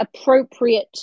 appropriate